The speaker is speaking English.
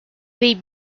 they